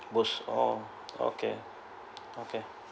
push all okay